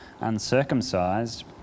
uncircumcised